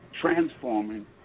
transforming